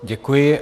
Děkuji.